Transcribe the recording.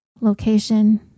location